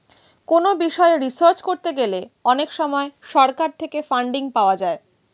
কোনো বিষয়ে রিসার্চ করতে গেলে অনেক সময় সরকার থেকে ফান্ডিং পাওয়া যায়